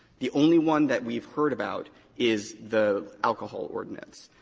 the only one that we've heard about is the alcohol ordinance.